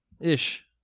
Ish